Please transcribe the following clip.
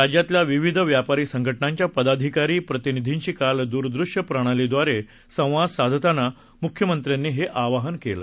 राज्यातल्या विविध व्यापारी संघटनाच्या पदाधिकारी प्रतिनिधींशी काल द्रदृश्य प्रणालीद्वारे संवाद साधताना मुख्यमंत्र्यांनी हे आवाहन केलं